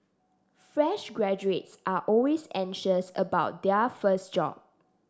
fresh graduates are always anxious about their first job